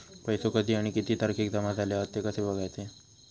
पैसो कधी आणि किती तारखेक जमा झाले हत ते कशे बगायचा?